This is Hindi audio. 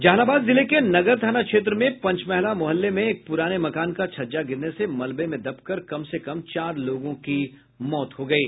जहानाबाद जिले के नगर थाना क्षेत्र में पंचमहला मोहल्ले में एक प्राने मकान का छज्जा गिरने से मलबे में दबकर कम से कम चार लोगों की मौत हो गयी